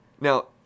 Now